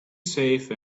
safe